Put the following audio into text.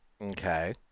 Okay